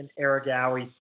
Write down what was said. Aragawi